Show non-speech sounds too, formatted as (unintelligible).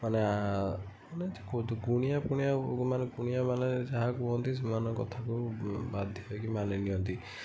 ମାନେ ମାନେ (unintelligible) ଗୁଣିଆଫୁଣିଆ ମାନେ ଗୁଣିଆମାନେ ଯାହା କୁହନ୍ତି ସେମାନଙ୍କ କଥାକୁ ବାଧ୍ୟ ହେଇକି ମାନି ନିଅନ୍ତି